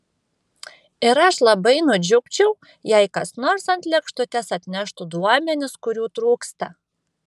ir aš labai nudžiugčiau jei kas nors ant lėkštutės atneštų duomenis kurių trūksta